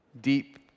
Deep